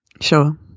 Sure